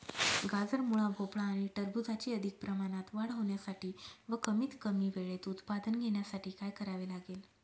गाजर, मुळा, भोपळा आणि टरबूजाची अधिक प्रमाणात वाढ होण्यासाठी व कमीत कमी वेळेत उत्पादन घेण्यासाठी काय करावे लागेल?